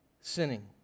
sinning